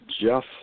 Jeff